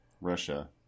Russia